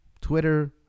Twitter